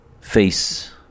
face